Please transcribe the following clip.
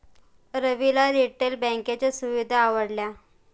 रविला रिटेल बँकिंगच्या सुविधा आवडल्या